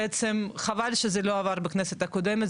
חבל שזה לא עבר בכנסת הקודמת,